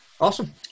Awesome